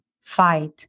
fight